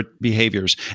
behaviors